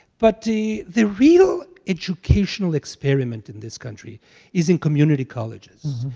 but the the real educational experiment in this country is in community colleges.